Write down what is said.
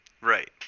Right